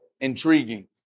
intriguing